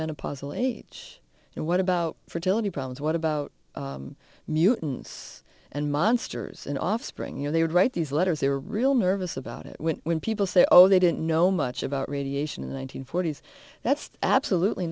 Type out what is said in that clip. menopausal age and what about fertility problems what about mutants and monsters and offspring you know they would write these letters they were real nervous about it when people say oh they didn't know much about radiation in the one nine hundred forty s that's absolutely